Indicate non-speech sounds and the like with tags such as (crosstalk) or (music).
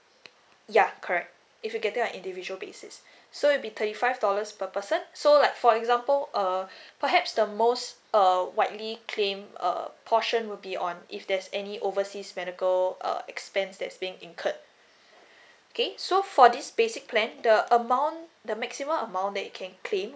yeah correct if you getting an individual basis so it'll be thirty five dollars per person so like for example uh (breath) perhaps the most uh widely claim uh portion will be on if there's any overseas medical uh expense that's being incurred okay so for this basic plan the amount the maximum amount that you can claim